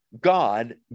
God